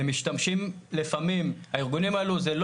הם משתמשים לפעמים הארגונים האלו הם לא